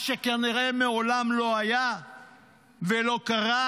מה שכנראה מעולם לא היה ולא קרה,